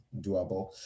doable